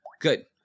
good